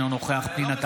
אינו נוכח פנינה תמנו,